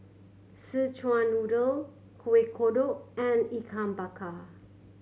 Szechuan Noodle Kueh Kodok and Ikan Bakar